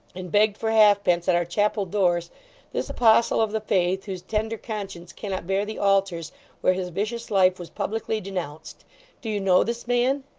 and begged for halfpence at our chapel doors this apostle of the faith, whose tender conscience cannot bear the altars where his vicious life was publicly denounced do you know this man